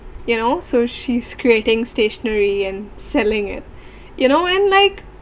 you know so she's creating stationery and selling it you know and like